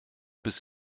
bis